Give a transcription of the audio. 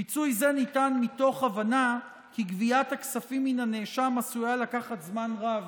פיצוי זה ניתן מתוך הבנה כי גביית הכספים מן הנאשם עשויה לקחת זמן רב,